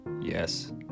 Yes